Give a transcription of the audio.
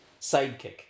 sidekick